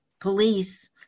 police